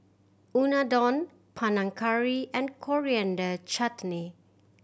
Unadon Panang Curry and Coriander Chutney